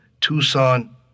Tucson